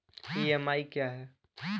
EMI क्या है?